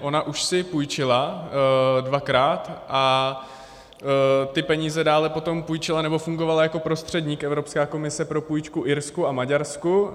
Ona už si půjčila dvakrát a ty peníze dále potom půjčila nebo fungovala jako prostředník, Evropská komise, pro půjčku Irsku a Maďarsku.